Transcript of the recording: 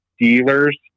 dealers